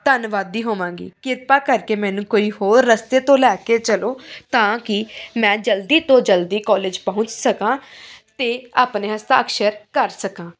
ਧੰਨਵਾਦੀ ਹੋਵਾਂਗੀ ਕਿਰਪਾ ਕਰਕੇ ਮੈਨੂੰ ਕੋਈ ਹੋਰ ਰਸਤੇ ਤੋਂ ਲੈ ਕੇ ਚੱਲੋ ਤਾਂ ਕਿ ਮੈਂ ਜਲਦੀ ਤੋਂ ਜਲਦੀ ਕੋਲੇਜ ਪਹੁੰਚ ਸਕਾਂ ਅਤੇ ਆਪਣੇ ਹਸਤਾਕਸ਼ਰ ਕਰ ਸਕਾਂ